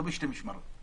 לא בשתי משמרות.